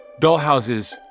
dollhouses